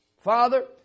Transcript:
Father